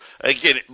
again